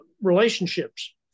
Relationships